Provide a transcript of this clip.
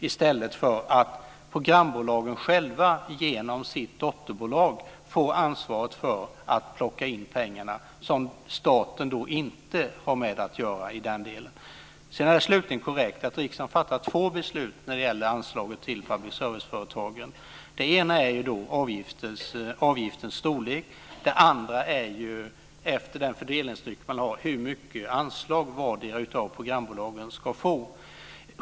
I stället har programbolagen själva genom sitt dotterbolag ansvaret för att plocka in pengarna, som staten inte har med att göra i den delen. Sedan är det slutligen korrekt att riksdagen fattar två beslut om anslaget till public service-företagen. Det ena gäller avgiftens storlek. Det andra gäller hur mycket anslag vardera av programbolagen ska få efter den fördelningsprincip man har.